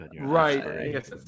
Right